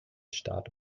start